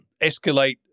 escalate